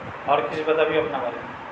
आउओर किछु बतबिऔ अपना बारेमे